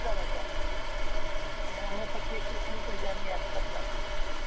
પંદર હજાર છે અને હું પચીસ થી ત્રીસ હજારની એક્સ્પેક્ટ રાખું છું મેડમ